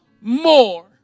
more